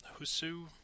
Husu